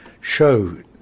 show